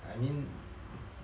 I mean